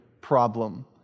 problem